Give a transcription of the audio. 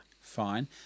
Fine